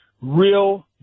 real